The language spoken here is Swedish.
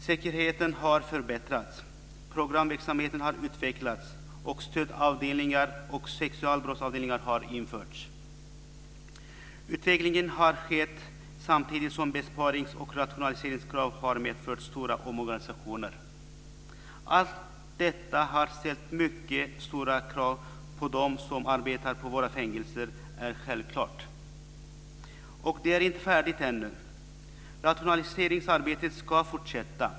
Säkerheten har förbättrats. Programverksamheten har utvecklats och stödavdelningar och sexualbrottsavdelningar har införts. Utvecklingen har skett samtidigt som besparingsoch rationaliseringskrav har medfört stora omorganisationer. Att detta har ställt mycket stora krav på dem som arbetar på våra fängelser är självklart, och det är inte färdigt ännu. Rationaliseringsarbetet ska fortsätta.